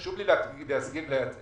חשוב לי לומר שזה